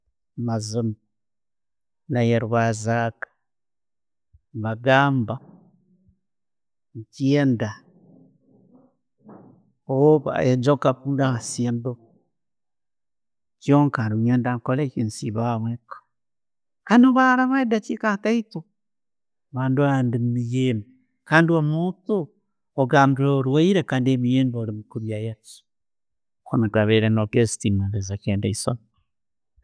Naye'rwazaaga, nagamba, enda orba enda kuba nezizinduma, kyonka nyenda nsibe aho muka. Harabireho edakiika ntito, barora ndi mumiyembe, ogambire orwaire kandi emiyembe olikulya yaaki, gabaire mageezi go'butagenda haisomero.